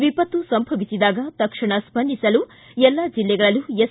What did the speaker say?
ವಿಪತ್ತು ಸಂಭವಿಸಿದಾಗ ತಕ್ಷಣ ಸ್ವಂದಿಸಲು ಎಲ್ಲಾ ಜಿಲ್ಲೆಗಳಲ್ಲೂ ಎಸ್